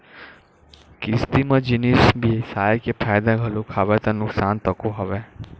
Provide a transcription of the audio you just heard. किस्ती म जिनिस बिसाय के फायदा घलोक हवय ता नुकसान तको हवय